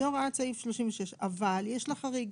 זאת הוראת סעיף 36 אבל יש לה חריג.